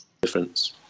difference